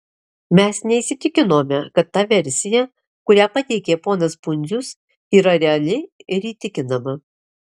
mes neįsitikinome kad ta versija kurią pateikė ponas pundzius yra reali ir įtikinama